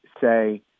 say